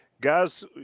Guys